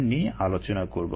এটা একটু মাথায় রেখো